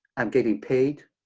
i'm getting paid.